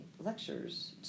lectures